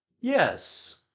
Yes